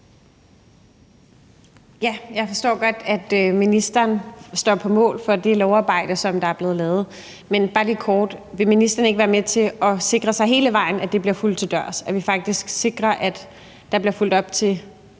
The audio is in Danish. Jeg forstår godt, at ministeren står på mål for det lovarbejde, der er blevet lavet. Men bare lige kort: Vil ministeren ikke være med til at sikre sig hele vejen, altså at det bliver fulgt til dørs; at vi faktisk sikrer, at der bliver fulgt op på